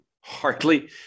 hardly